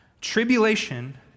tribulation